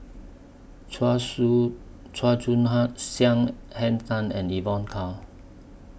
Chua Siew Chua Joon Hang Siang Henn Tan and Evon Kow